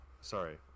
Sorry